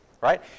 right